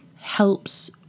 helps